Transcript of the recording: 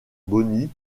bonnie